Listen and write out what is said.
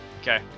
Okay